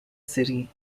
city